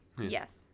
Yes